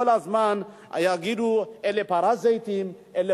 וכל הזמן יגידו: אלה פרזיטים.